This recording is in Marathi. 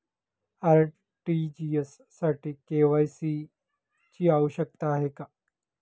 आर.टी.जी.एस साठी के.वाय.सी ची आवश्यकता आहे का?